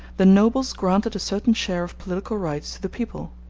the nobles granted a certain share of political rights to the people.